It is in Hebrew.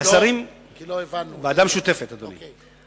ועדה משותפת, אדוני.